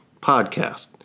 podcast